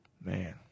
Man